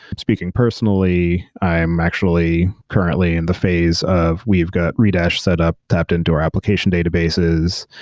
speaking personally, i'm actually currently in the phase of we've got redash setup, tapped into our application databases,